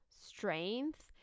strength